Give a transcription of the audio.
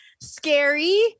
scary